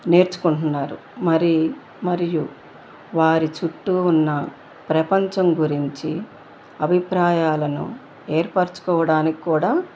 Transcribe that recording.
నేర్చుకుంటున్నారు మరి మరియు వారి చుట్టు ఉన్న ప్రపంచం గురించి అభిప్రాయాలను ఏర్పర్చుకోవడానికి కూడా